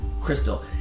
crystal